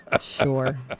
sure